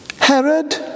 Herod